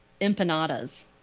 empanadas